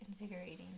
invigorating